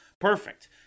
Perfect